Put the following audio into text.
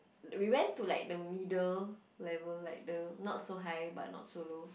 we went to like the middle level like the not so high but not so low